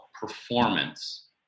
performance